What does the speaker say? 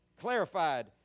clarified